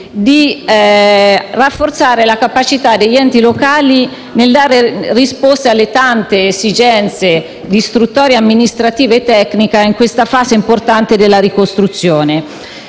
di rafforzare la capacità degli enti locali di dare risposte alle tante esigenze di istruttoria amministrativa e tecnica in questa importante fase della ricostruzione.